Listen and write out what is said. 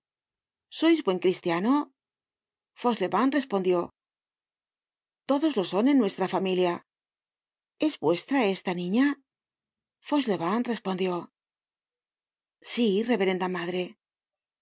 sois buen cristiano fauchelevent respondió todos lo son en nuestra familia es vuestra esta niña fauchelevent respondió content from google book search generated at sí reverenda madre